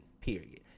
period